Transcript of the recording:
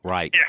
Right